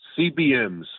CBMs